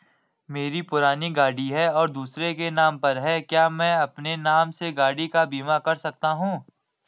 मेरी पुरानी गाड़ी है और दूसरे के नाम पर है क्या मैं अपने नाम से गाड़ी का बीमा कर सकता हूँ?